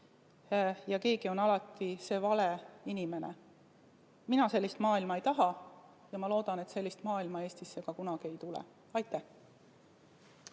kus keegi on alati süüdi ja eksib. Mina sellist maailma ei taha ja ma loodan, et sellist maailma Eestis ka kunagi ei tule. Aitäh!